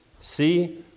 See